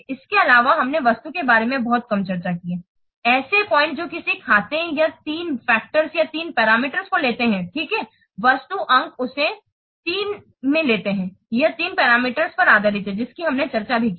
इसके अलावा हमने वस्तु के बारे में बहुत कम चर्चा की है ऐसे पॉइंट जो किसी खाते या तीन कारकों या तीन पैरामीटर को लेते हैं ठीक हैं वस्तु अंक इसे तीन में लेते हैं यह तीन पैरामीटर्स पर आधारित है जिनकी हमने चर्चा भी की है